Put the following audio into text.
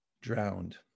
drowned